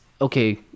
Okay